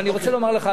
אבל אני רוצה לומר לך,